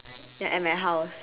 ya at my house